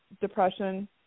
depression